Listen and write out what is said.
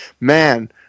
man